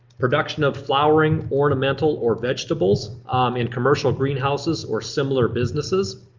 production of flowering, ornamental, or vegetables in commercial greenhouses or similar businesses.